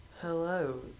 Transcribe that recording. Hello